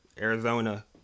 Arizona